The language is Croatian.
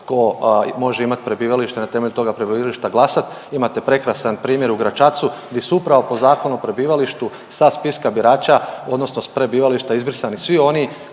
tko može imat prebivalište i na temelju toga prebivališta glasat. Imate prekrasan primjer u Gračacu gdje su upravo po Zakonu o prebivalištu sa spiska birača odnosno s prebivališta izbrisani svi oni